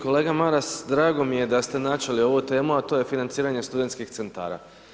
Kolega Maras, drago mi je da ste načeli ovu temu, a to je financiranje studentskih centara.